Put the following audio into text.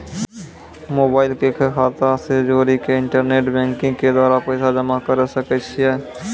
Mobile के खाता से जोड़ी के इंटरनेट बैंकिंग के द्वारा पैसा जमा करे सकय छियै?